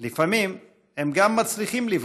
לצערי,